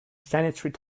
sanitary